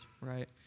right